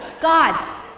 God